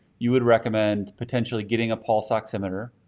you would recommend potentially getting a pulse oximeter,